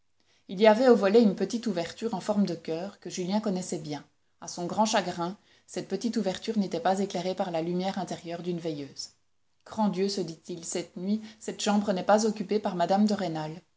il y avait aux volets une petite ouverture en forme de coeur que julien connaissait bien a son grand chagrin cette petite ouverture n'était pas éclairée par la lumière intérieure d'une veilleuse grand dieu se dit-il cette nuit cette chambre n'est pas occupée par mme de rênal